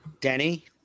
Danny